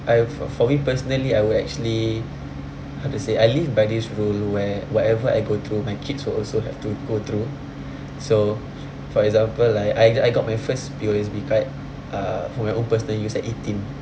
I have for me personally I would actually how to say I live by this rule where whatever I go through my kids will also have to go through so for example like I I got my first P_O_S_B card uh for my own personal use at eighteen